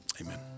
amen